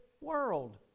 world